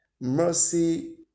Mercy